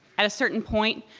at a certain point,